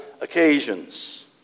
occasions